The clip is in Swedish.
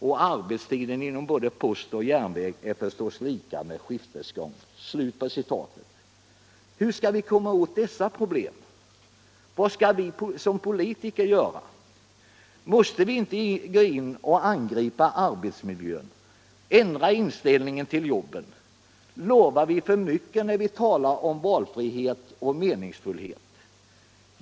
Och arbetstiden inom både post och järnväg är förstås lika med skiftesgång.” Hur skall vi komma åt dessa problem? Vad skall vi som politiker göra? Måste vi inte gå in och angripa arbetsmiljön, ändra inställningen till jobben? Lovar vi för mycket när vi talar om valfrihet och meningsfullhet?